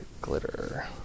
glitter